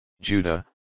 Judah